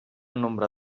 nombre